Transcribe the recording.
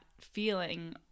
feeling